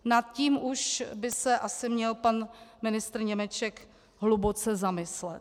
Nad tím už by se asi měl pan ministr Němeček hluboce zamyslet.